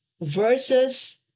Versus